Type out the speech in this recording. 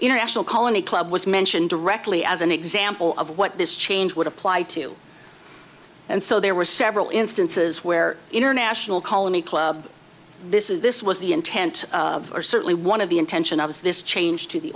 international colony club was mentioned directly as an example of what this change would apply to and so there were several instances where international colony club this is this was the intent of certainly one of the intention of is this change to the